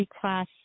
class